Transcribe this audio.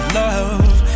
love